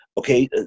Okay